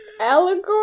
allegory